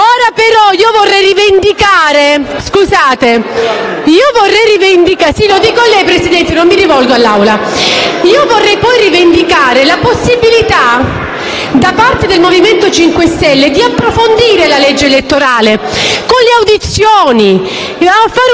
- vorrei rivendicare la possibilità da parte del Movimento 5 Stelle di approfondire la legge elettorale con le audizioni e attuare una